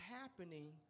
happening